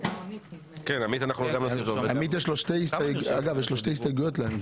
לעמית יש שתי הסתייגויות.